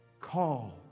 call